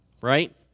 right